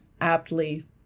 aptly